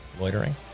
loitering